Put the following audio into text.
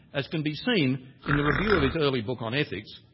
as can be seen in the review of his early book on ethics,